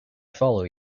follow